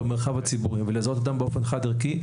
במרחב הציבורי ולזהות אדם באופן חד ערכי,